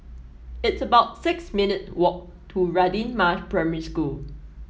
it's about six minute walk to Radin Mas Primary School